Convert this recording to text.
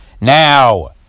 now